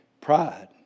Pride